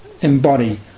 embody